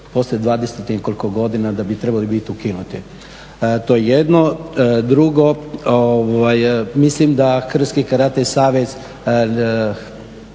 poslije 20 i nekoliko godina da bi trebale biti ukinute. To je jedno. Drugo, mislim da …/Govornik se